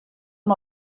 amb